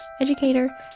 educator